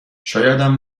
شایدم